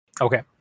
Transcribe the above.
Okay